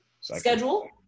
schedule